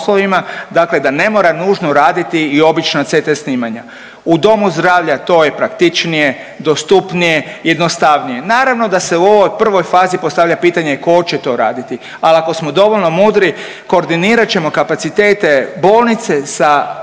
dakle da ne mora nužno raditi i obična CT snimanja. U Domu zdravlja to je praktičnije, dostupnije, jednostavnije. Naravno da se u ovoj prvoj fazi postavlja pitanje tko će to raditi? Ali ako smo dovoljno mudri koordinirat ćemo kapacitete bolnice sa domom